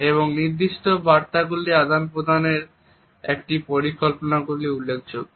এবং নির্দিষ্ট বার্তাগুলির আদান প্রদানের এটির পরিকল্পনাগুলি উল্লেখযোগ্য